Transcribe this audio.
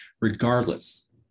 regardless